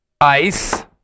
Ice